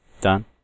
Done